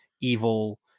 evil